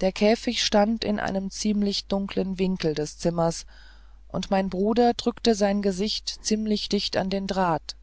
der käfig stand in einem ziemlich dunklen winkel des zimmers und mein bruder drückte sein gesicht ziemlich dicht an den draht